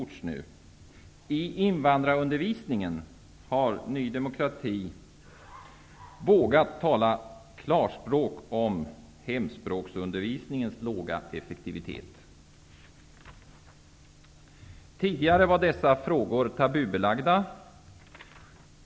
När det gäller invandrarundervisningen har Ny demokrati vågat tala klarspråk om hemspråksundervisningens låga effektivitet. Tidigare var dessa frågor tabubelagda.